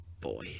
Boy